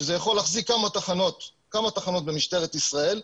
שזה יכול להחזיק כמה תחנות במשטרת ישראל.